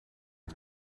het